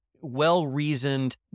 well-reasoned